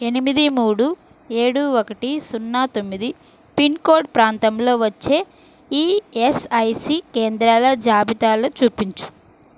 ఎనిమిది మూడు ఏడు ఒకటి సున్నా తొమ్మిది పిన్ కోడ్ ప్రాంతంలో వచ్చే ఈఎస్ఐసి కేంద్రాల జాబితాలు చూపించు